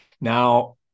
Now